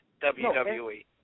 WWE